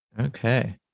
Okay